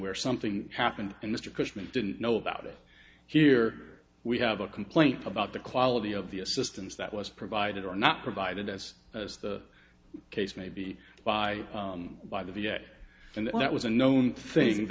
where something happened and mr cushman didn't know about it here we have a complaint about the quality of the assistance that was provided or not provided as as the case may be by by the v a and that was a known things